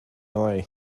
lai